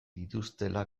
dituztela